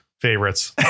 favorites